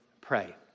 pray